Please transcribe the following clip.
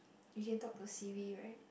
you can talk to Siri right